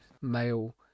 male